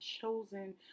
chosen